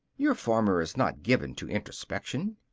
your farmer is not given to introspection.